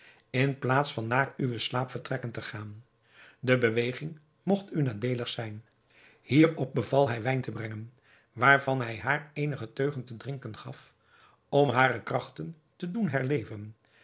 in plaats van naar uwe slaapvertrekken te gaan de beweging mogt u nadeelig zijn hierop beval hij wijn te brengen waarvan hij haar eenige teugen te drinken gaf om hare krachten te doen herleven